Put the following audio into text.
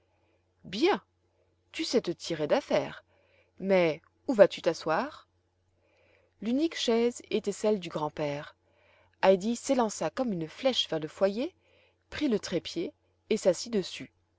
bien tu sais te tirer d'affaire mais où vas-tu t'asseoir l'unique chaise était celle du grand-père heidi s'élança comme une flèche vers le foyer prit le trépied et s'assit dessus